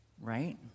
right